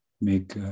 make